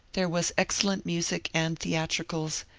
there was excellent music and theatricals,